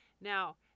Now